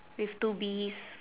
with two bees